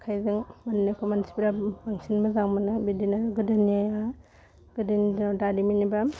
आखाइजों बानायनायखौ मानसिफ्रा बांसिन मोजां मोनो बिदिनो गोदोनिया गोदोनि दिनाव दारिमिन एबा